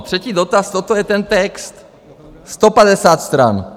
Třetí dotaz, toto je ten text 150 stran.